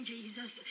Jesus